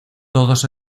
todos